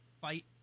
fight